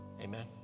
Amen